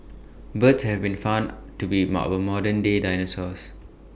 birds have been found to be our modern day dinosaurs